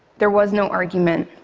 there was no argument.